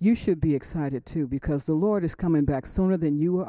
you should be excited too because the lord is coming back sooner than you are